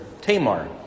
Tamar